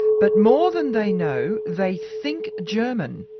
but more than they know, they think german.